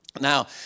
Now